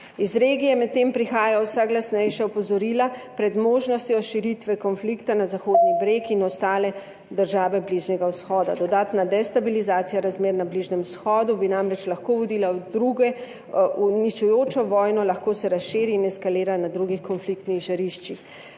Iz regije medtem prihajajo vsa glasnejša opozorila pred možnostjo širitve konflikta na Zahodni breg in ostale države Bližnjega vzhoda. Dodatna destabilizacija razmer na Bližnjem vzhodu bi namreč lahko vodila v drugo uničujočo vojno, lahko se razširi in eskalira na drugih konfliktnih žariščih.